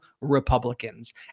Republicans